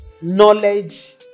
knowledge